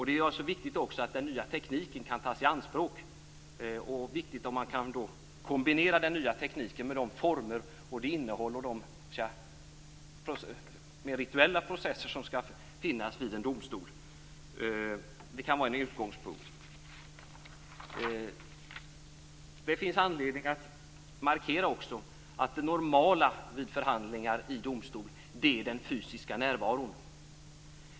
Det är viktigt att den nya tekniken kan tas i anspråk och att man kan kombinera den nya tekniken med de former, det innehåll och de mera rituella processer som skall finnas vid en domstol. Det kan vara en utgångspunkt. Det finns anledning att också markera att det normala vid förhandlingar i domstol är den fysiska närvaron.